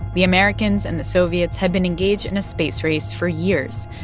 the americans and the soviets had been engaged in a space race for years.